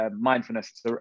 mindfulness